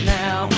now